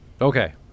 Okay